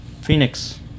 Phoenix